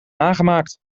nagemaakt